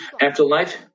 afterlife